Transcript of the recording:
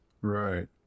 Right